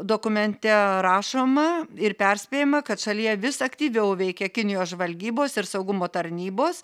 dokumente rašoma ir perspėjama kad šalyje vis aktyviau veikia kinijos žvalgybos ir saugumo tarnybos